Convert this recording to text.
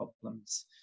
problems